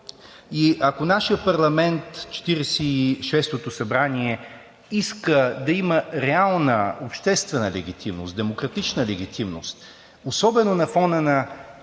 И ако нашият парламент – 46-ото събрание, иска да има реална обществена легитимност, демократична легитимност, особено на фона на